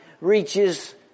reaches